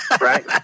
right